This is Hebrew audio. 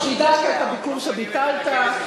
שחידשת את הביקור שביטלת.